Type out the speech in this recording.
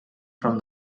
from